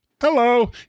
hello